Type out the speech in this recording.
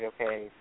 okay